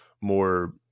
more